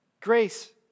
Grace